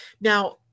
Now